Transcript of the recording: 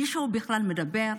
מישהו בכלל מדבר?